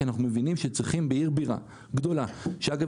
כי אנחנו מבינים שבעיר בירה גדולה - שאגב,